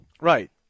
Right